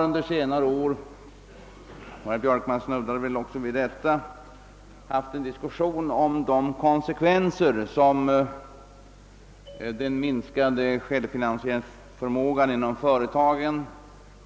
Under senare år — herr Björkman snuddade väl också vid detta — har vi haft en diskussion om de konsekvenser som företagens minskade självförsörjningsförmåga